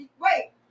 Wait